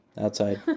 outside